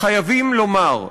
חייבים לומר: